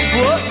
whoa